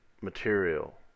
material